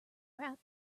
rap